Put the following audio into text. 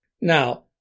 Now